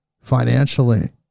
financially